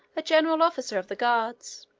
a general officer of the guards.